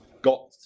Got